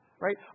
right